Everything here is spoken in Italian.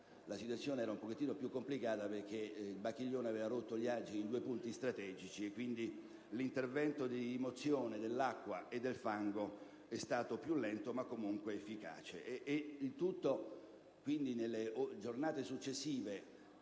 la situazione era un po' più complicata, perché il Bacchiglione aveva rotto gli argini in due punti strategici e quindi l'intervento di rimozione dell'acqua e del fango è stato più lento, ma efficace.